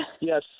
Yes